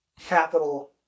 capital